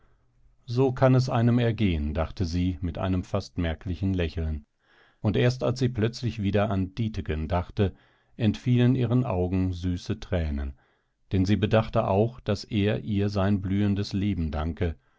so kann es einem ergehen dachte sie mit einem fast merklichen lächeln und erst als sie plötzlich wieder an dietegen dachte entfielen ihren augen süße tränen denn sie bedachte auch daß er ihr sein blühendes leben danke